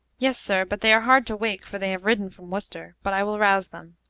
yes, sir, but they are hard to wake, for they have ridden from worcester but i will rouse them.